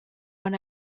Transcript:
when